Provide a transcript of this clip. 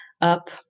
up